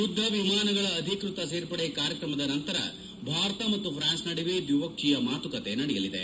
ಯುದ್ದ ವಿಮಾನಗಳ ಅಧಿಕ್ಷತ ಸೇರ್ಪಡೆ ಕಾರ್ಯಕ್ರಮದ ನಂತರ ಭಾರತ ಮತ್ತು ಫ್ರಾನ್ಸ್ ನಡುವೆ ದ್ವಿಪಕ್ವೀಯ ಮಾತುಕತೆ ನಡೆಯಲಿದೆ